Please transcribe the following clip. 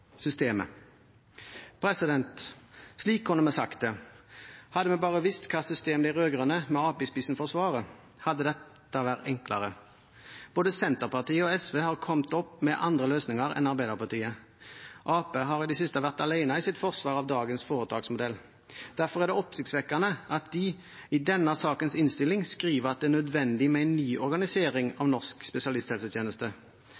systemet. Slik kunne vi sagt det: Hadde vi bare visst hva slags system de rød-grønne, med Arbeiderpartiet i spissen, forsvarer, hadde dette vært enklere. Både Senterpartiet og SV har kommet opp med andre løsninger enn Arbeiderpartiet. Arbeiderpartiet har i det siste vært alene med sitt forsvar av dagens foretaksmodell. Derfor er det oppsiktsvekkende at de i denne sakens innstilling skriver at det er nødvendig med en ny organisering